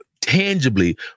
tangibly